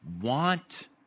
want